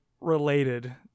related